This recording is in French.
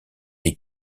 des